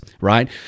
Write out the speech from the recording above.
right